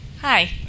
hi